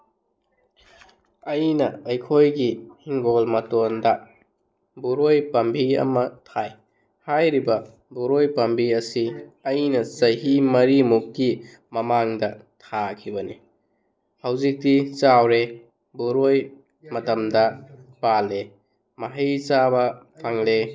ꯑꯩꯅ ꯑꯩꯈꯣꯏꯒꯤ ꯏꯪꯈꯣꯜ ꯃꯇꯣꯟꯗ ꯕꯣꯔꯣꯏ ꯄꯥꯝꯕꯤ ꯑꯃ ꯊꯥꯏ ꯍꯥꯏꯔꯤꯕ ꯕꯣꯔꯣꯏ ꯄꯥꯝꯕꯤ ꯑꯁꯤ ꯑꯩꯅ ꯆꯍꯤ ꯃꯔꯤ ꯃꯨꯛꯀꯤ ꯃꯃꯥꯡꯗ ꯊꯥꯈꯤꯕꯅꯤ ꯍꯧꯖꯤꯛꯇꯤ ꯆꯥꯎꯔꯦ ꯕꯣꯔꯣꯏ ꯃꯇꯝꯗ ꯄꯥꯜꯂꯦ ꯃꯍꯩ ꯆꯥꯕ ꯐꯪꯂꯦ